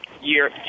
year